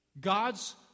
God's